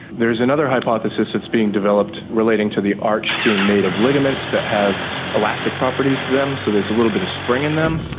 there is another hypothesis being developed relating to the arch being made of ligaments that have elastic properties to them, so there's a little bit of spring in them,